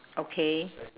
okay